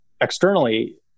externally